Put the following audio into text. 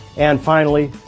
and finally,